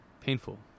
painful